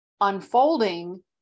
unfolding